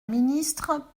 ministre